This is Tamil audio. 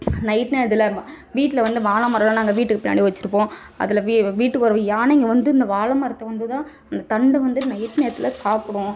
நைட் நேரத்தில் வீட்டில் வந்து வாழை மரம்லாம் நாங்கள் வீட்டுக்கு பின்னாடி வச்சுருப்போம் அதில் வீட்டுக்கு ஒரு யானைங்க வந்து இந்த வாழை மரத்தை வந்து தான் அந்த தண்டு வந்து நைட் நேரத்தில் சாப்பிடும்